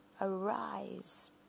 Arise